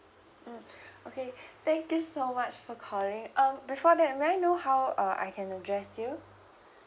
mm okay thank you so much for calling um before that may I know how uh I can address you